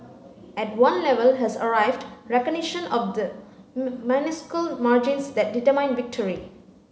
at one level has arrived recognition of the minuscule margins that determine victory